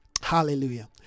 Hallelujah